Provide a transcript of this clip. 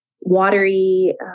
watery